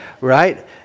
right